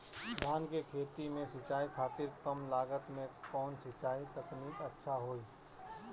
धान के खेती में सिंचाई खातिर कम लागत में कउन सिंचाई तकनीक अच्छा होई?